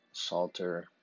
Salter